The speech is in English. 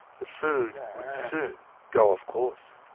the food would soon go off course.